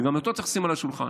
וגם אותו צריך לשים על השולחן: